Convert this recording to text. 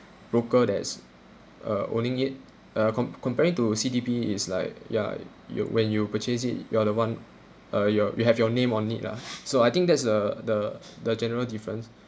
broker that's uh owning it uh comp~ comparing to C_D_P is like ya you when you purchase it you are the one uh you're you have your name on it lah so I think that's the the the general difference